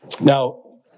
Now